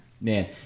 Man